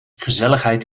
gezelligheid